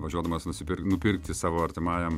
važiuodamas nusipir nupirkti savo artimajam